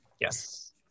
Yes